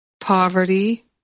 poverty